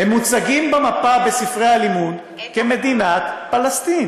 הם מוצגים במפה בספרי הלימוד כמדינת פלסטין.